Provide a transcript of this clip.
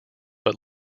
but